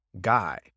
guy